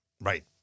Right